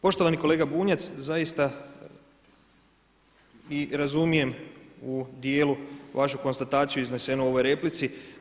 Poštovani kolega Bunjac, zaista i razumijem u dijelu vašu konstataciju iznesenu u ovoj replici.